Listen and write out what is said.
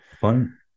Fun